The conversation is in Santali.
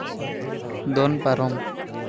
ᱫᱚᱱ ᱯᱟᱨᱚᱢ